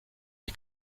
les